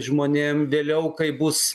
žmonėm vėliau kai bus